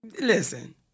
Listen